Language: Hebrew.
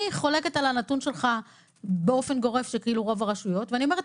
אני חולקת על הנתון שלך שרוב הרשויות באופן גורף.